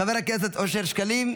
חבר הכנסת אושר שקלים,